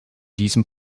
diesem